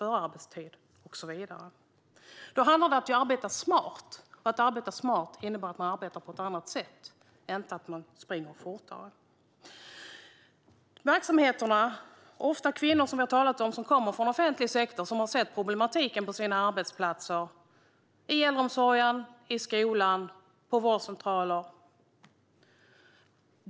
Det handlar om att arbeta smart, och det innebär att man arbetar på ett annat sätt, inte att man springer fortare. Verksamheterna drivs ofta av kvinnor som kommer från offentlig sektor och har sett problematiken på sina arbetsplatser: i äldreomsorgen, i skolan eller på vårdcentraler.